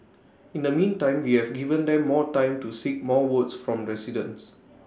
in the meantime we have given them more time to seek more votes from residents